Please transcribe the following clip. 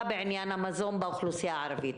בעניין המזון באוכלוסייה הערבית.